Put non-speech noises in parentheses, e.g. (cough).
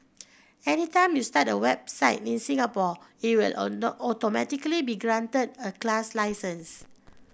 anytime you start a website in Singapore it will (unintelligible) automatically be granted a class license